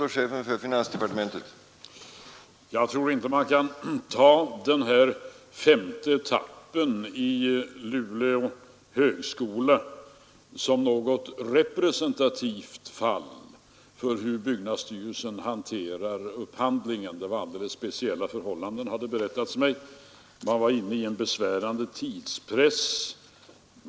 Herr talman! Jag tror inte man kan ta den här femte etappen i utbyggnaden av Luleå högskola som något representativt fall när det gäller hur byggnadsstyrelsen hanterar upphandlingen. Det var alldeles speciella förhållanden, har det berättats mig.